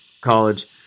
college